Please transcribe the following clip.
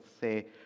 say